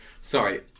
Sorry